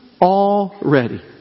already